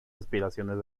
aspiraciones